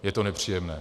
Je to nepříjemné.